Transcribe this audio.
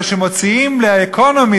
וכבר אמר את זה שר האוצר לשעבר,